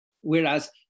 Whereas